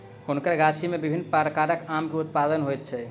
हुनकर गाछी में विभिन्न प्रकारक आम के उत्पादन होइत छल